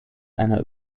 einer